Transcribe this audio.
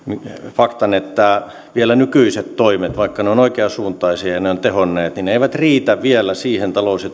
faktan että nykyiset toimet vaikka ne ovat oikeansuuntaisia ja ne ovat tehonneet eivät riitä vielä siihen talous ja